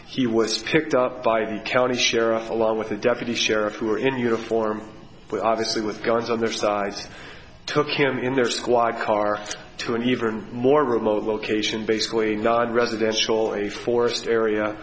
he was picked up by the county sheriff along with a deputy sheriff who were in uniform obviously with guns on their sides took him in their squad car to an even more remote location basically nonresidential a forest area